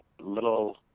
little